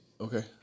Okay